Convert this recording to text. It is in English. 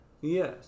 Yes